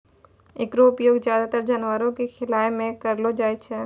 एकरो उपयोग ज्यादातर जानवरो क खिलाय म करलो जाय छै